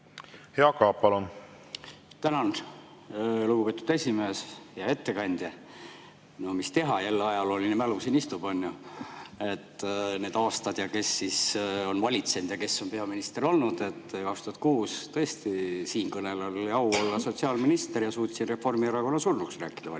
Aab, palun! Tänan, lugupeetud esimees! Hea ettekandja! No mis teha, jälle ajalooline mälu siin istub: et need aastad ja kes siis on valitsenud ja kes on peaminister olnud. 2006 tõesti siinkõnelejal oli au olla sotsiaalminister ja ma suutsin Reformierakonna surnuks rääkida valitsuses.